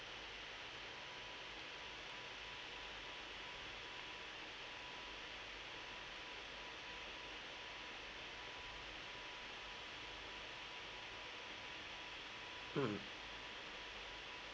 mm